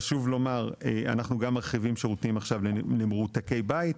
חשוב לומר שאנחנו גם מרחיבים עכשיו שירותים למרותקי בית.